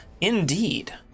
Indeed